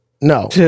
No